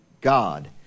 God